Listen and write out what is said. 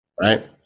right